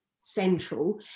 central